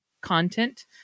content